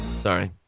sorry